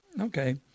Okay